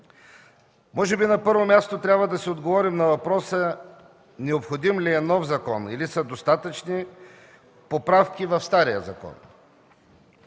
Може би на първо място трябва да си отговорим: необходим ли е нов закон, или са достатъчни поправки в стария?